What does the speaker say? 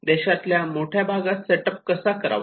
देशातल्या मोठ्या भागात सेट अप कसा करावा